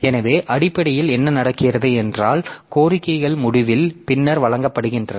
எனவே அடிப்படையில் என்ன நடக்கிறது என்றால் கோரிக்கைகள் முடிவில் பின்னர் வழங்கப்படுகின்றன